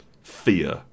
fear